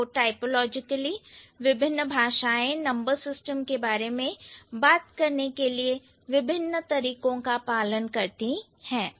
तो टाइपोलॉजिकली विभिन्न भाषाएं नंबर सिस्टम के बारे में बात करने के लिए विभिन्न तरीकों का पालन करती हैं